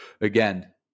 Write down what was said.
again